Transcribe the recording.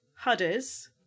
Hudders